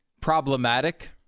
problematic